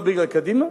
לא בגלל קדימה,